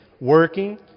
working